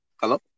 hello